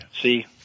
See